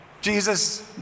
Jesus